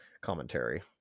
commentary